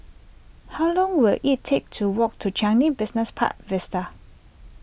how long will it take to walk to Changi Business Park Vista